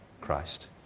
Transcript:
Christ